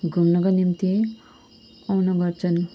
घुम्नको निम्ति आउने गर्छन्